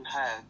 heard